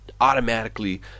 automatically